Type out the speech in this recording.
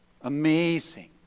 amazing